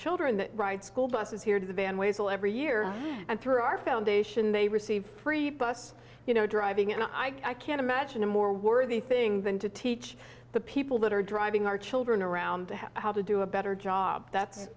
children that ride school buses here to the van ways all every year and through our foundation they receive free bus you know driving and i can't imagine a more worthy thing than to teach the people that are driving our children around how to do a better job that